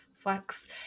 flex